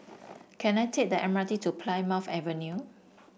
can I take the M R T to Plymouth Avenue